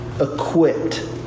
equipped